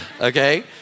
okay